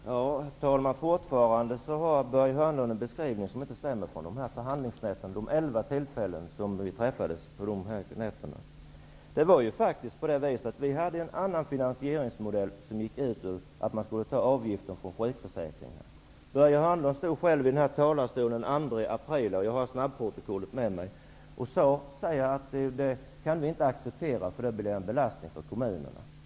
Herr talman! Börje Hörnlund har fortfarande en beskrivning från de här förhandlingsnätterna som inte stämmer. Det var vid elva tillfällen som vi träffades. Vi hade en annan finansieringsmodell som gick ut på att vi skulle ta avgiften från sjukförsäkringen. Börje Hörnlund stod själv i den här talarstolen den 2 april -- jag har snabbprotokollet med mig -- och sade att det kunde de inte acceptera, det skulle bli en belastning för kommunerna.